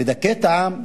לדכא את העם,